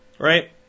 Right